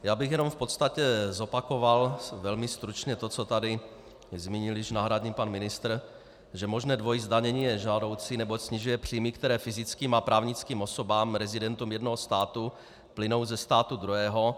Jen bych v podstatě zopakoval velmi stručně to, co tu zmínil již náhradní pan ministr, že možné dvojí zdanění je nežádoucí, neboť snižuje příjmy, které fyzickým a právnickým osobám, rezidentům jednoho státu, plynou ze státu druhého.